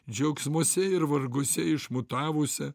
džiaugsmuose ir varguose išmutavusią